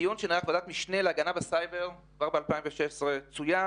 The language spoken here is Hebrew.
בדיון שנערך בוועדת המשנה להגנת הסייבר ב-2016 צוין